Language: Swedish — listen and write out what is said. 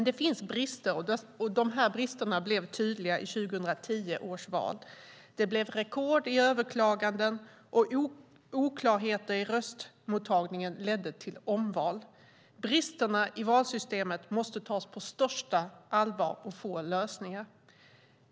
Det finns dock brister, och dessa blev tydliga i 2010 års val. Det blev rekord i överklaganden, och oklarheter i röstmottagningen ledde till omval. Bristerna i valsystemet måste tas på största allvar och få lösningar.